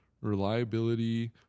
reliability